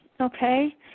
Okay